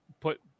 put